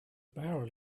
barrel